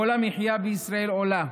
כל המחיה בישראל עולה.